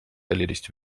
erledigt